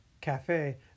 cafe